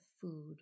food